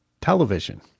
television